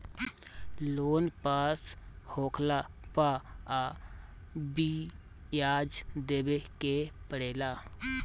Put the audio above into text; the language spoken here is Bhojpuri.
लोन पास होखला पअ बियाज देवे के पड़ेला